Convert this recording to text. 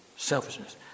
Selfishness